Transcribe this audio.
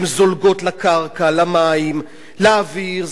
הן זולגות לקרקע, למים, לאוויר.